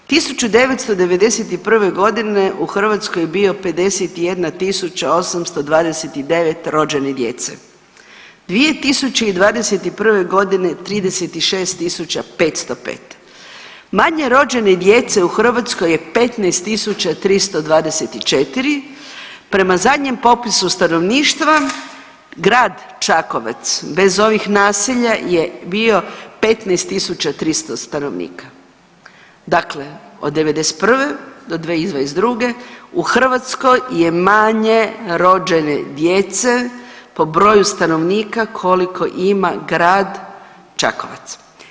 1991.g. u Hrvatskoj je bio 51.829 rođene djece, 2021.g. 36.505, manje rođene djece u Hrvatskoj je 15.324, prema zadnjem popisu stanovništva grad Čakovec bez ovih naselja je bio 15.300 stanovnika, dakle od '91. do 2022. u Hrvatskoj je manje rođene djece po broju stanovnika koliko ima grad Čakovec.